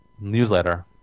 newsletter